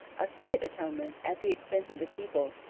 a slight atonement, at the expense of the people,